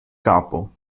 capo